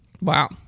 Wow